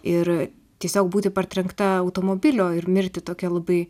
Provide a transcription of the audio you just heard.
ir tiesiog būti partrenkta automobilio ir mirti tokia labai